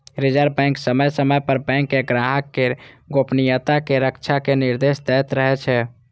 reserve bank समय समय पर बैंक कें ग्राहक केर गोपनीयताक रक्षा के निर्देश दैत रहै छै